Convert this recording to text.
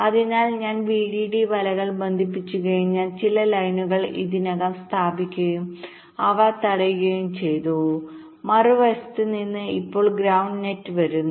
അതിനാൽ ഞാൻ VDD വലകൾ ബന്ധിപ്പിച്ചുകഴിഞ്ഞാൽ ചില ലൈനുകൾ ഇതിനകം സ്ഥാപിക്കുകയും അവ തടയുകയും ചെയ്തു മറുവശത്ത് നിന്ന് ഇപ്പോൾ ഗ്രൌണ്ട് നെറ്റ് വരുന്നു